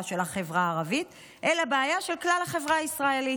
של החברה הערבית אלא בעיה של כלל החברה הישראלית.